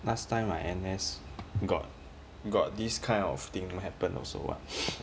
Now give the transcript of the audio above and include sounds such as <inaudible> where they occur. last time I N_S got got this kind of thing will happen also what <noise>